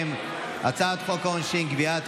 וקטי, זו הצעת חוק גם שלך.